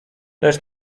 lecz